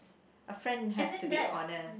a friend has to be honest